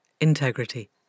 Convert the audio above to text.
integrity